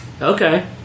Okay